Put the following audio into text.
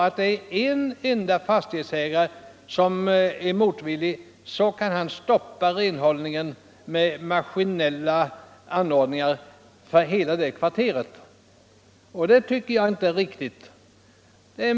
Om en fastighetsägare är motvillig, kan han stoppa den kommunala renhållningen för hela kvarteret. Det är inte riktigt.